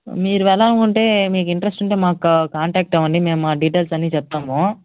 మీరు వెళ్ళాలనుకుంటే మీకు ఇంట్రెస్ట్ ఉంటే మాకు కాంటాక్ట్ అవ్వండి మేము మా డీటెయిల్స్ అన్నీ చెప్తాము